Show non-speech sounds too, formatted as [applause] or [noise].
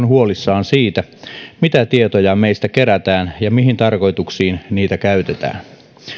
[unintelligible] huolissaan siitä mitä tietoja meistä kerätään ja mihin tarkoituksiin niitä käytetään